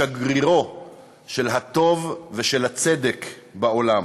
אנחנו נפרדנו משגרירו של הטוב ושל הצדק בעולם.